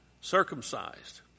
circumcised